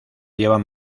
llevan